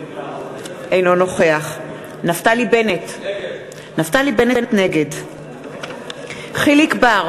אינו נוכח נפתלי בנט, נגד יחיאל